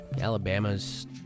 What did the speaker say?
Alabama's